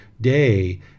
day